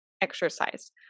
exercise